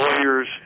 lawyers